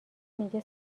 میگه